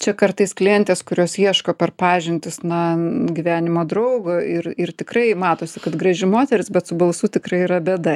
čia kartais klientės kurios ieško per pažintis na gyvenimo draugo ir ir tikrai matosi kad graži moteris bet su balsu tikrai yra bėda